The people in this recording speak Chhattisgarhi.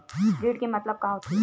ऋण के मतलब का होथे?